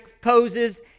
poses